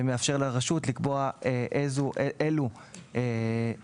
שמאפשרות לרשות לקבוע אילו פרטים,